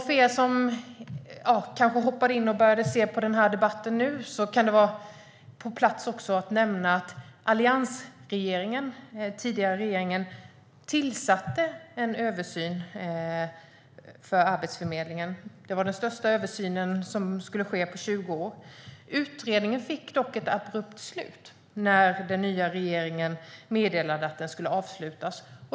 För er som hoppat in och börjat följa den här debatten nu kan det vara på sin plats att nämna att den tidigare alliansregeringen tillsatte en utredning om Arbetsförmedlingen. Den skulle göra den största översynen på 20 år. Utredningen fick dock ett abrupt slut när den nya regeringen meddelade att den skulle avslutas.